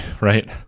right